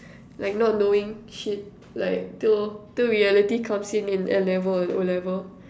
like not knowing shit like till till reality comes in N-level or O-level